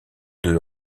deux